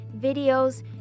videos